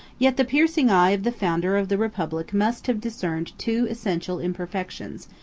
yet the piercing eye of the founder of the republic must have discerned two essential imperfections,